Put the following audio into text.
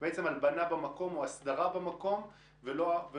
זה בעצם הלבנה במקום או הסדרה במקום,